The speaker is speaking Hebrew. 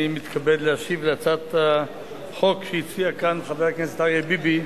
אני מתכבד להשיב על הצעת החוק שהציע כאן חבר הכנסת אריה ביבי.